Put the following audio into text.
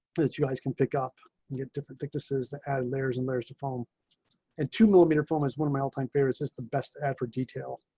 that you guys can pick up and get different thicknesses that add layers and layers to phone and two millimeter film is one of my all time favorites is the best effort detail.